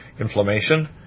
inflammation